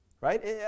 Right